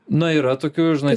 na yra tokių žinai